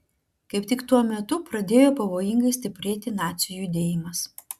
kaip tik tuo metu pradėjo pavojingai stiprėti nacių judėjimas